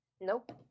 nope